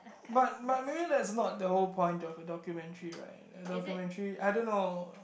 but but maybe that's not the whole point of a documentary right documentary I don't know